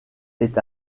est